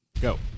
Go